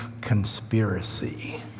conspiracy